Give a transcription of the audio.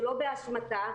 שלא באשמתה,